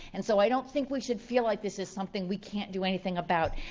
and so i don't think we should feel like this is something we can't do anything about.